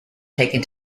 taken